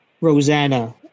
rosanna